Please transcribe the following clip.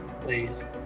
Please